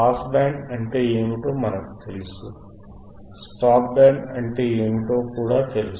pass band అంటే ఏమిటో మనకు తెలుసు స్టాప్ బ్యాండ్ అంటే ఏమిటో కూడా తెలుసు